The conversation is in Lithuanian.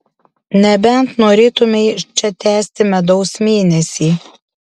nebent norėtumei čia tęsti medaus mėnesį